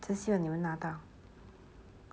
只希望你们拿到